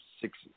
six